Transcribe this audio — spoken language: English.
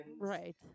Right